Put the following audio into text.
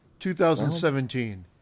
2017